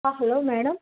hello madam